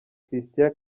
christian